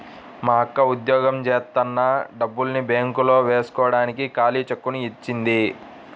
మా అక్క ఉద్యోగం జేత్తన్న డబ్బుల్ని బ్యేంకులో వేస్కోడానికి ఖాళీ చెక్కుని ఇచ్చింది